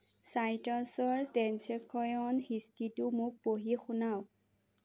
চাইট্ৰাছৰ ট্ৰেঞ্জেক্শ্যন হিষ্ট্ৰীটো মোক পঢ়ি শুনাওক